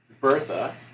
Bertha